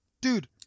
Dude